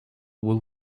will